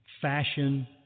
fashion